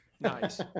Nice